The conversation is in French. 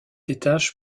étage